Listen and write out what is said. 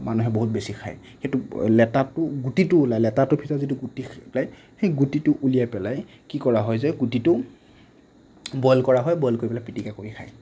মানুহে বহুত বেছি খায় সেই লেটাটো গুটোটো ওলাই লেটাটোৰ ভিতৰৰ যি গুটিটো ওলাই সেই গুটিটো উলিয়াই পেলাই কি কৰা হয় যে গুটিটো বইল কৰা হয় বইল কৰি পেলাই পিটিকা কৰি খায়